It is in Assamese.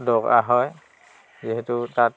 দৰকাৰ হয় যিহেতু তাত